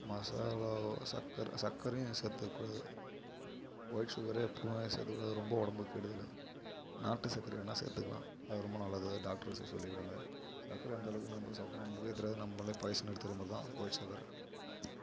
மசாலாவோ சர்க்கர சர்க்கரையும் சேர்த்துக்க கூடாது வொயிட் ஷுகரே எப்பவும் சேர்த்துக்க கூடாது ரொம்ப உடம்புக்கு கெடுதல் நாட்டு சர்க்கர வேணால் சேர்த்துக்குலாம் அது ரொம்ப நல்லது டாக்டர்ஸே சொல்லியிருக்காங்க சக்கரை எந்தளவுக்கு நம்ப சாப்பிட்றோமோ நம்பளுக்கே தெரியாது நம்பளே பாய்சன் எடுத்துக்கிற மாதிரிதான் வொயிட் ஷுகர்